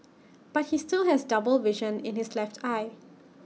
but he still has double vision in his left eye